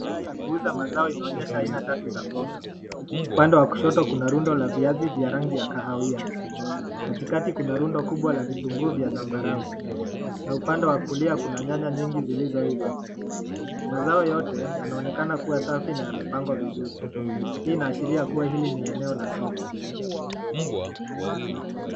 Upande Wa kuuza mazao inaonesha aina tatu za mboga .Upande Wa kushoto Kuna rundo ya viazi yenye rangi ya kahawia . Katikati Kuna rundo kubwa vituguu vya rangi ya sambarau, na upande Wa kulia Kuna nyanya nyingi zilizo iva. mazao yote yanaonekana kuwa safi na yamepangwa vizuri. Hii inaashiria kuwa Ili ni eneo la soko.